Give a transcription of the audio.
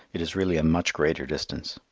it is really a much greater distance.